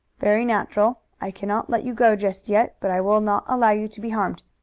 very natural. i cannot let you go just yet, but i will not allow you to be harmed.